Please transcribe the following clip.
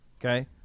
Okay